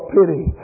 pity